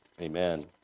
Amen